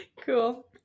cool